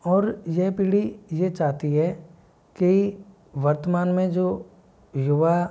और यह पीढ़ी ये चाहती है कि वर्तमान में जो युवा